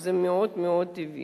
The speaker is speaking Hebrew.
וזה מאוד מאוד טבעי.